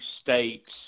states